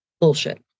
Bullshit